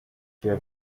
wer